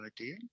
idea